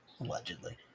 Allegedly